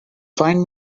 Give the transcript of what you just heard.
find